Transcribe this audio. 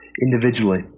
individually